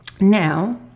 Now